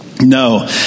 No